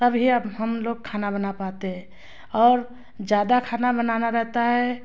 तभी अब हम लोग खाना बना पाते है और ज़्यादा खाना बनाना रहता है